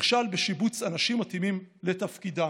נכשל בשיבוץ אנשים מתאימים לתפקידם.